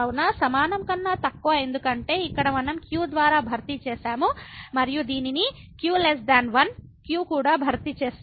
కావున సమానం కన్నా తక్కువ ఎందుకంటే ఇక్కడ మనం q ద్వారా భర్తీ చేసాము మరియు దీనిని q 1 q కూడా భర్తీ చేస్తుంది